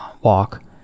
walk